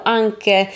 anche